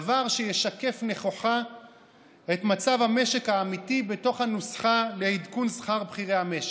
דבר שישקף נכוחה את מצב המשק האמיתי בתוך הנוסחה לעדכון שכר בכירי המשק.